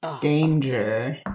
Danger